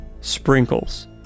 Sprinkles